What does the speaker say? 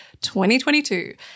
2022